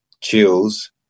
chills